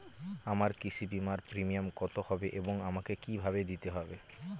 আমার কৃষি বিমার প্রিমিয়াম কত হবে এবং আমাকে কি ভাবে দিতে হবে?